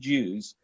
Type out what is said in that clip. Jews